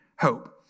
hope